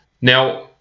now